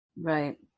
right